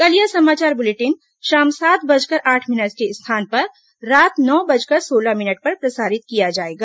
कल यह समाचार बुलेटिन शाम सात बजकर आठ मिनट के स्थान पर रात नौ बजकर सोलह मिनट पर प्रसारित किया जाएगा